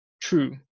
true